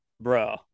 Bro